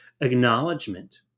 acknowledgement